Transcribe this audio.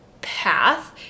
path